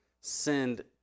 send